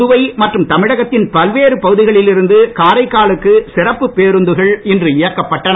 புதுவை மற்றும் தமிழகத்தின் பல்வேறு பகுதிகளில் இருந்து காரைக்காலுக்கு சிறப்பு பேருந்துகள் இன்று இயக்கப்பட்டன